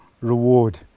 reward